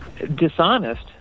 dishonest